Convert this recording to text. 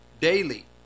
daily